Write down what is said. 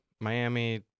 Miami